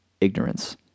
Ignorance